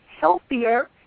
healthier